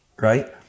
right